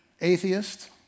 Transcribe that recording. Atheist